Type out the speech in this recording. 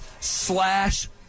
slash